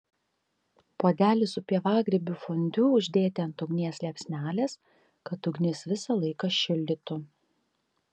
puodelį su pievagrybių fondiu uždėti ant ugnies liepsnelės kad ugnis visą laiką šildytų